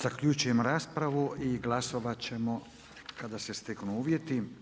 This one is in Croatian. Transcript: Zaključujem raspravu i glasovat ćemo kada se steknu uvjeti.